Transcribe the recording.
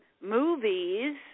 movies